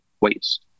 waste